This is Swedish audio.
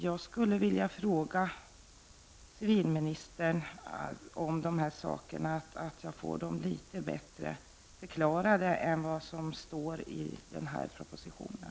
Jag skulle vilja be civilministern att förklara dessa saker litet bättre än vad som framgår av propositionen.